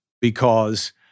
because-